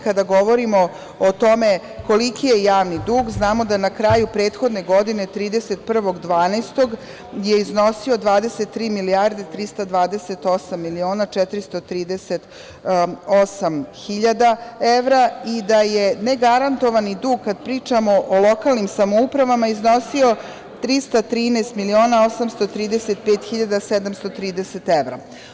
Kada govorimo o tome koliki je javni dug, znamo da na kraju prethodne godine, 31. 12. je iznosio 23 milijarde 328 miliona 438 hiljada evra i da je negarantovani dug, kad pričamo o lokalnim samoupravama, iznosio 313 miliona 835 hiljada 730 evra.